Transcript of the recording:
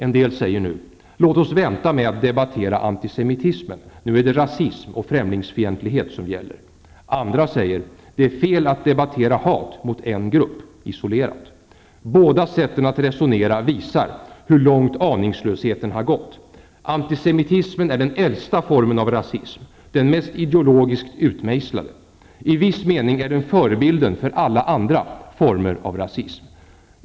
En del säger nu: Låt oss vänta med att debattera antisemitismen, nu är det rasism och främlingsfientlighet som gäller. Andra säger: Det är fel att debattera hat mot en grupp isolerat. Båda sätten att resonera visar hur långt aningslösheten har gått. Antisemitismen är den äldsta formen av rasism och den mest ideologiskt utmejslade. I viss mening är den förebilden för alla andra former av rasism.